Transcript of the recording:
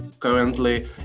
Currently